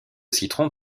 citron